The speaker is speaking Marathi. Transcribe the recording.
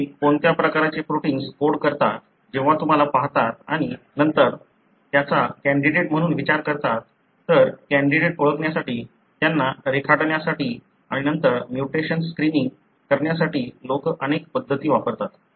ते कोणत्या प्रकारचे प्रोटिन्स कोड करतात जेव्हा तुम्हाला पहाता आणि नंतर त्याचा कॅण्डीडेट म्हणून विचार करता तर कॅण्डीडेट ओळखण्यासाठी त्यांना रेखाटण्यासाठी आणि नंतर म्युटेशन्स स्क्रीनिंग करण्यासाठी लोक अनेक पद्धती वापरतात